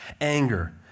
anger